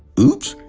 oops!